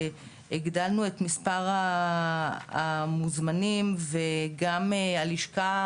הגדלנו את מספר המוזמנים וגם הלשכה